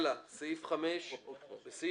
עוברים לסעיף 5. אני קורא מהפקודה